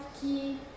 key